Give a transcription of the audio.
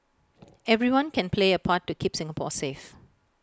everyone can play A part to keep Singapore safe